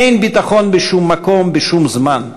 אין ביטחון בשום מקום, בשום זמן.